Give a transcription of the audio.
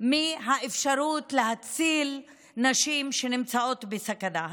האפשרות להציל נשים שנמצאות בסכנה.